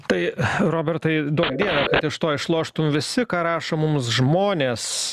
tai robertai duokdie iš to išloštum visi ką rašo mums žmonės